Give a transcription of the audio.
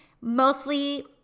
mostly